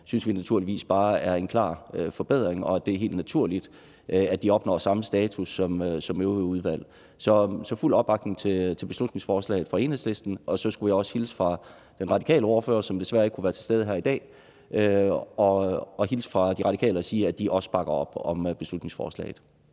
stående udvalg bare er en klar forbedring, og det er helt naturligt, at de oplever samme status som øvrige udvalg. Så der er fuld opbakning til beslutningsforslaget fra Enhedslisten, og jeg skulle også hilse fra den radikale ordfører, som desværre ikke kunne være til stede her i dag, og sige, at de også bakker op om beslutningsforslaget.